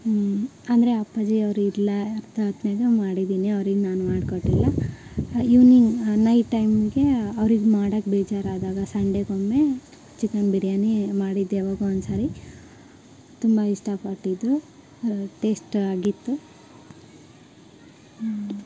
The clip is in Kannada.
ಹ್ಞೂ ಅಂದರೆ ಅಪ್ಪಾಜಿ ಅವ್ರು ಇರಲಾರ್ದ ಹೊತ್ನಲ್ಲಿ ಮಾಡಿದ್ದೀನಿ ಅವ್ರಿಗೆ ನಾನು ಮಾಡಿಕೊಟ್ಟಿಲ್ಲ ಇವ್ನಿಂಗ್ ನೈಟ್ ಟೈಮ್ಗೆ ಅವ್ರಿಗೆ ಮಾಡೋಕ್ ಬೇಜಾರಾದಾಗ ಸಂಡೆಗೊಮ್ಮೆ ಚಿಕನ್ ಬಿರಿಯಾನಿ ಮಾಡಿದ್ದೆ ಯಾವಾಗೋ ಒಂದ್ಸರಿ ತುಂಬ ಇಷ್ಟಪಟ್ಟಿದ್ದರು ಟೇಸ್ಟ್ ಆಗಿತ್ತು ಹ್ಞೂ